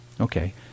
Okay